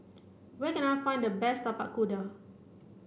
where can I find the best Tapak Kuda